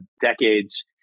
decades